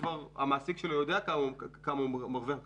המעסיק שלו יודע כמה הוא מרוויח והוא